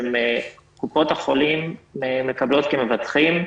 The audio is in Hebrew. קופות החולים מקבלות כמבטחים.